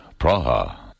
Praha